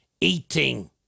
Eating